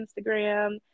Instagram